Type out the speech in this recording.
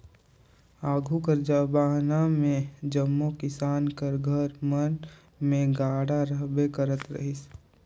आघु कर जबाना मे जम्मो किसान कर घर मन मे गाड़ा रहबे करत रहिस